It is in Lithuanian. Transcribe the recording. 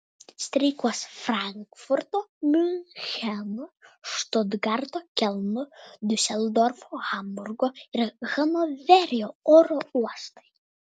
streikuos frankfurto miuncheno štutgarto kelno diuseldorfo hamburgo ir hanoverio oro uostai